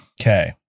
Okay